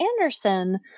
Anderson